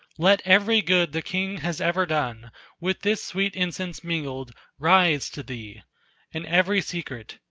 let every good the king has ever done with this sweet incense mingled rise to thee and every secret,